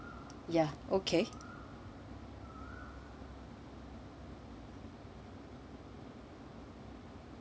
ya okay